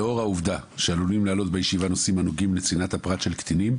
לאור העובדה שעלולים לעלות בישיבה נושאים הנוגעים לצנעת הפרט של קטינים,